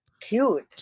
cute